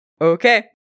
Okay